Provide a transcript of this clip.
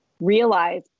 realize